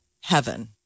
heaven